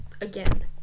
again